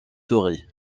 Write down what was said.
souris